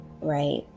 right